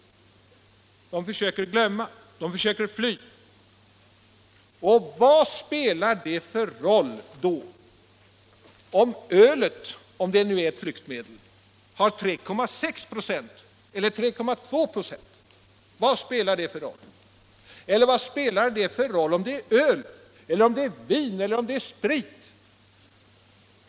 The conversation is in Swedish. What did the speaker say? De försöker glömma, de försöker fly. Vad spelar det för roll då, om ölet — om det nu är ett flyktmedel — har en alkoholstyrka på 3,6 eller 3,2 26? Vad spelar det för roll om det är öl, om det är vin eller om det är sprit?